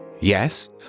Yes